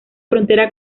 frontera